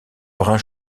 brun